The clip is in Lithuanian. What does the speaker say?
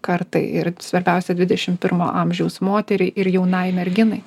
kartai ir svarbiausia dvidešim pirmo amžiaus moteriai ir jaunai merginai